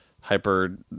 hyper